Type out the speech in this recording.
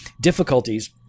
difficulties